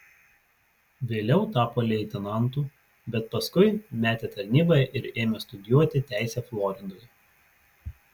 vėliau tapo leitenantu bet paskui metė tarnybą ir ėmė studijuoti teisę floridoje